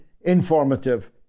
informative